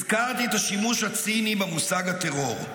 הזכרתי את השימוש הציני במושג הטרור.